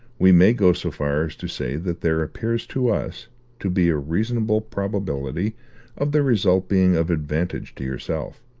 we may go so far as to say that there appears to us to be a reasonable probability of the result being of advantage to yourself.